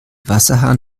wasserhahn